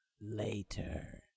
Later